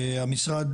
המשרד,